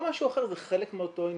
זה לא משהו אחר, זה חלק מאותו עניין.